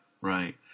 Right